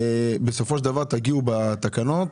בסופו של דבר תגיעו בתקנות